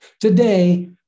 Today